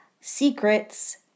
secrets